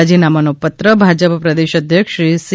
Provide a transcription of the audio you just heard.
રાજીનામાનો પત્ર ભાજપ પ્રદેશ અધ્યક્ષ શ્રી સી